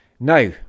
Now